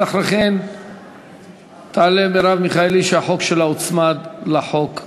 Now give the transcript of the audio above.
ההסדרה נעשתה תוך שימת דגש על הכללים החלים על חברות הדירוג במדינות